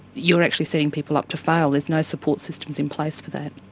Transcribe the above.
you're actually setting people up to fail. there's no support systems in place for that.